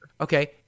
Okay